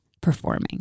performing